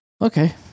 Okay